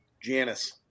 Janice